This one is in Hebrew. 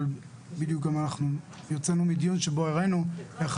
אבל בדיוק גם אנחנו יצאנו מדיון שבו גם הראינו איך